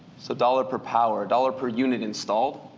so dollar per power, dollar per unit installed.